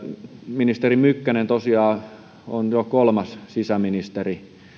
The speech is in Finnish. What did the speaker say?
ministeri mykkänen tosiaan on jo kolmas sisäministeri